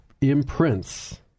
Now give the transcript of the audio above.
imprints